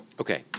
Okay